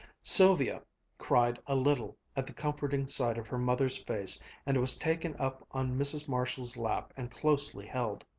sylvia cried a little at the comforting sight of her mother's face and was taken up on mrs. marshall's lap and closely held.